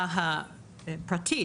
ההבאה הפרטית,